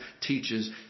teaches